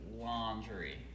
laundry